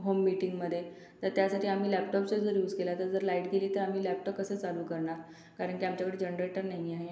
home मीटिंगमध्ये तर त्यासाठी आम्ही लॅपटॉपचा जर यूज केला तर जर लाईट गेली तर आम्ही लॅपटं कसा चालू करणार कारण ते आमच्याकडे जनरेटर नाही आहे